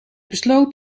besloot